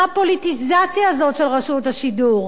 מה הפוליטיזציה הזאת של רשות השידור?